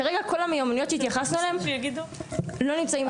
כרגע כל המיומנויות שהתייחסנו אליהן לא נמצאות.